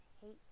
hate